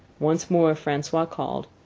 once more francois called,